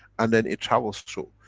and then it travels through.